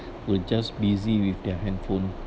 will just busy with their handphone